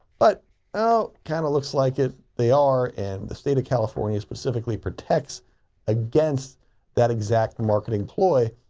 but oh, kind of looks like it. they are, and the state of california specifically protects against that exact marketing ploy.